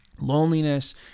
loneliness